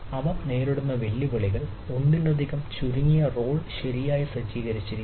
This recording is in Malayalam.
അവ നേരിടുന്ന വെല്ലുവിളികൾ ഒന്നിലധികം ചുരുങ്ങിയ റോൾ ശരിയായി സജ്ജീകരിച്ചിരിക്കാം